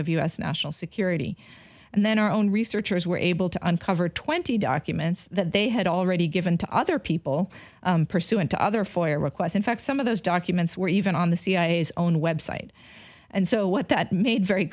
of us national security and then our own researchers were able to uncover twenty documents that they had already given to other people pursuant to other foyer requests in fact some of those documents were even on the cia's own website and so what that made very